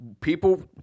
people